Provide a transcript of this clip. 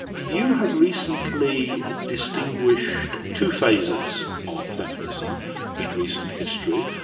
you have recently distinguished two phases of feminism in recent history.